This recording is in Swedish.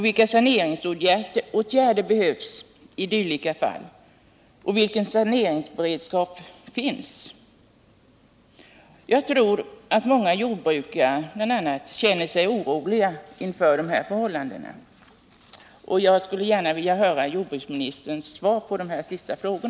Vilka saneringsåtgärder behövs i dylika fall, och vilken saneringsberedskap finns? Jag tror att bl.a. många jordbrukare känner sig oroliga inför de i rapporten skisserade förhållandena. Jag vill därför gärna höra jordbruksministerns svar på mina senaste frågor.